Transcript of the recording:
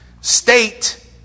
state